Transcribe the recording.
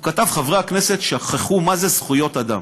הוא כתב: חברי הכנסת שכחו מה זה זכויות אדם,